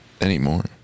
Anymore